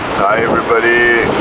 hi everybody